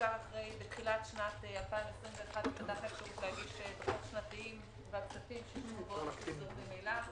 בתחילת שנת 2021 שנתיים- -- והכספים ששולמו הוחזרו ממילא.